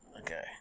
Okay